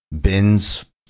bins